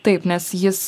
taip nes jis